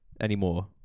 anymore